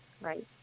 right